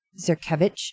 Zerkevich